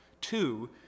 two